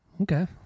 Okay